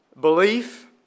Belief